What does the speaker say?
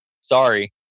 sorry